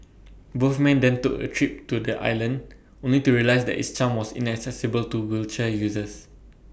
both men then took A trip to the island only to realise that its charm was inaccessible to wheelchair users